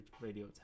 radio